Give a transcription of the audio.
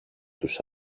τους